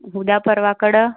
उद्या परवाकडे